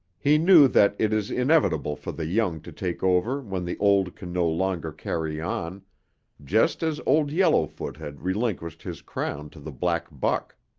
he knew that it is inevitable for the young to take over when the old can no longer carry on just as old yellowfoot had relinquished his crown to the black buck.